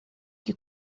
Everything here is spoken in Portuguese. que